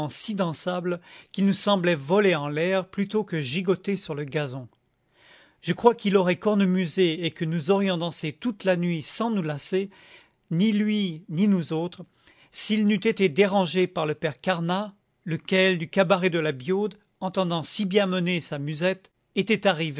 si dansable qu'il nous semblait voler en l'air plutôt que gigotter sur le gazon je crois qu'il aurait cornemusé et que nous aurions dansé toute la nuit sans nous lasser ni lui ni nous autres s'il n'eût été dérangé par le père carnat lequel du cabaret de la biaude entendant si bien mener sa musette était